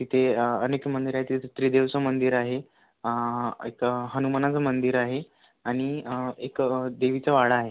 तिथे अनेक मंदिरं आहे तिथे त्रिदेवचं मंदिर आहे एक हनुमानाचं मंदिर आहे आणि एक देवीचा वाडा आहे